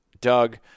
Doug